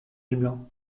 dublin